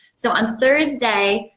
so on thursday,